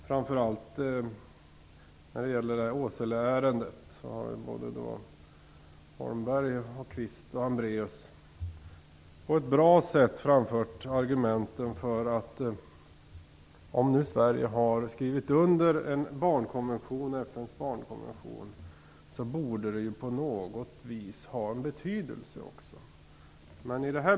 Framför allt när det gäller Åseleärendet har Håkan Holmberg, Kenneth Kvist och Birgitta Hambraeus på ett bra sätt framfört argument för att Sveriges undertecknande av FN:s barnkonvention på något vis borde ha betydelse.